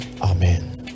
Amen